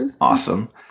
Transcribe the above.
Awesome